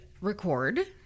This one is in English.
record